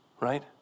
right